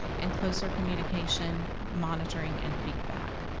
and closer communication, monitoring, and feedback.